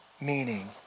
meaning